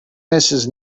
mrs